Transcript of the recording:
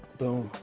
boom!